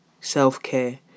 self-care